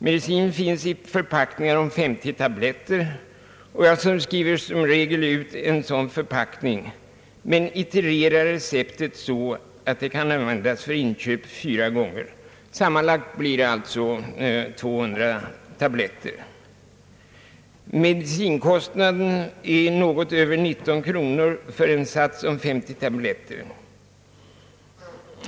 Medicinen finns i förpackningar på 50 tabletter, och jag skriver som regel ut en sådan förpackning men itererar receptet så att det kan användas för inköp fyra gånger; sammanlagt blir det alltså 200 tabletter. Medicinkostnaden är något över 19 kronor för en sats om 50 tabletter.